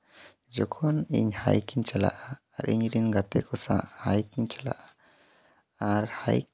ᱡᱚᱠᱷᱚᱱ ᱤᱧ ᱦᱟᱭᱤᱠ ᱤᱧ ᱪᱟᱞᱟᱜᱼᱟ ᱟᱨ ᱤᱧ ᱨᱮᱱ ᱜᱟᱛᱮ ᱠᱚ ᱥᱟᱶ ᱦᱟᱭᱤᱠ ᱤᱧ ᱪᱟᱞᱟᱜᱼᱟ ᱟᱨ ᱦᱟᱭᱤᱠ